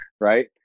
right